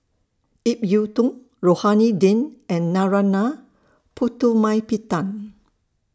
Ip Yiu Tung Rohani Din and Narana Putumaippittan